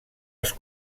als